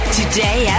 Today